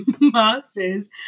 Masters